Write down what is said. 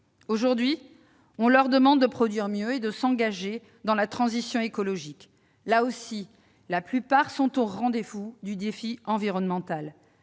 Aujourd'hui, on leur demande de produire mieux et de s'engager dans la transition écologique. Là encore, la plupart d'entre eux sont au rendez-vous du défi environnemental,